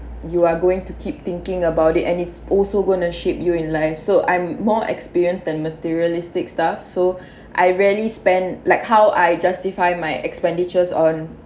you are going to keep thinking about it and it's also gonna shape you in life so I'm more experienced than materialistic stuff so I rarely spend like how I justify my expenditures on